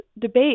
debate